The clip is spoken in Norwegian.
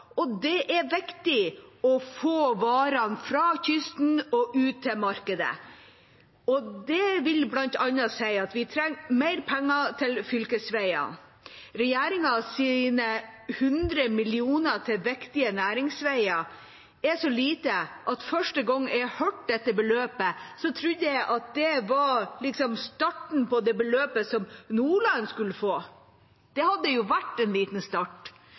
dag. Det er viktig å få varene fra kysten og ut til markedet. Det vil bl.a. si at vi trenger mer penger til fylkesveier. Regjeringas hundre millioner til viktige næringsveier er så lite at første gang jeg hørte dette beløpet, trodde jeg at det var starten på det beløpet som Nordland skulle få. Det hadde jo vært en liten start.